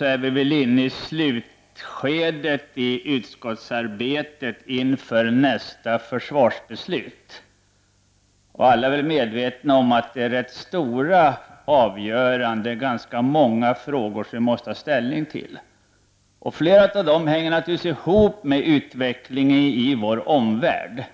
är vi väl inne i slutskedet av utskottsarbetet inför nästa försvarsbeslut. Alla är vi medvetna om att det är rätt stora avgöranden och ganska många frågor som vi måste ta ställning till. Flera av dem hänger naturligtvis ihop med utvecklingen i vår omvärld.